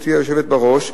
גברתי היושבת בראש,